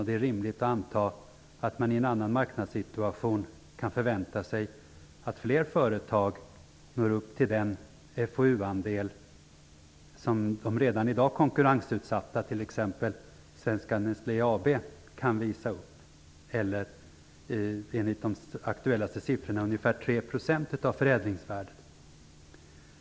Det är rimligt att anta att man i en annan marknadssituation kan förvänta sig att fler företag når upp till den FoU-andel som de redan i dag konkurrensutsatta kan visa upp, t.ex. Svenska Nestlé AB, eller ungefär 3 % av förädlingsvärdet, enligt de mest aktuella siffrorna.